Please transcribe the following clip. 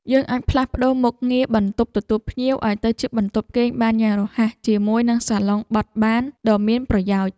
យើងអាចផ្លាស់ប្តូរមុខងារបន្ទប់ទទួលភ្ញៀវឱ្យទៅជាបន្ទប់គេងបានយ៉ាងរហ័សជាមួយនឹងសាឡុងបត់បានដ៏មានប្រយោជន៍។